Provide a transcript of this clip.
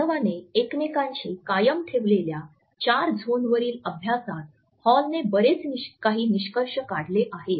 मानवाने एकमेकांशी कायम ठेवलेल्या चार झोनवरील अभ्यासात हॉलने बरेच काही निष्कर्ष काढले आहेत